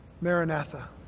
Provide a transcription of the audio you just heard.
Maranatha